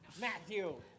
Matthew